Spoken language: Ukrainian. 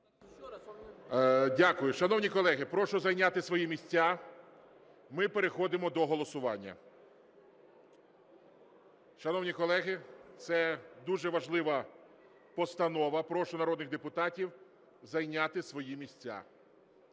Дякую. Шановні колеги, прошу зайняти свої місця, ми переходимо до голосування. Шановні колеги, це дуже важлива постанова, прошу народних депутатів зайняти свої місця.